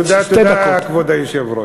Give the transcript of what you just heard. תודה, תודה, כבוד היושב-ראש.